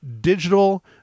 digital